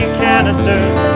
canisters